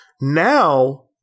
now